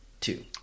two